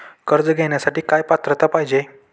कर्ज घेण्यासाठी काय पात्रता पाहिजे?